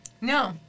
No